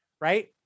right